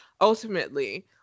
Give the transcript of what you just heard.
ultimately